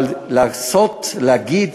אבל לעשות, להגיד